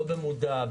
לא במודע,